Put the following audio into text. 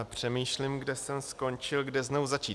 Přemýšlím, kde jsem skončil, kde znovu začít.